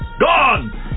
Gone